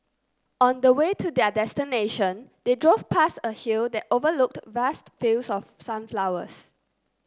on the way to their destination they drove past a hill that overlooked vast fields of sunflowers